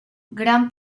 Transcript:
gran